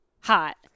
hot